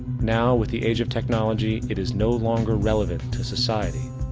now, with the age of technology, it is no longer relevant to society.